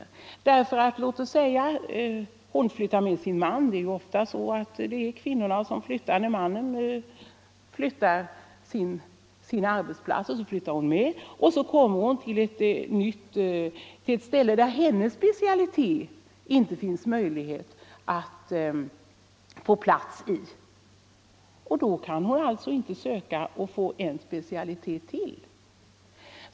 Låt oss säga att gn sjöksköterska flyttar 4 december 1974 med sin man -— det är ju oftast kvinnan som följer med när mannen byter arbetsplats — till ett ställe där hon inte har möjlighet att få plats Om ökat antal i sin specialitet. Då kan hon inte söka utbildning i en specialitet till.